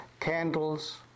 candles